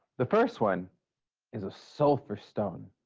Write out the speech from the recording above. the first one is a sulfur stone.